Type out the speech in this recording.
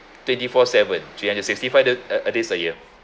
twenty four seven three hundred sixty five d~ uh days a year